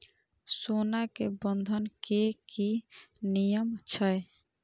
सोना के बंधन के कि नियम छै?